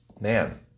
man